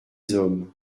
hommes